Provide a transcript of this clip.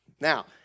Now